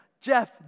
Jeff